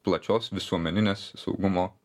plačios visuomeninės saugumo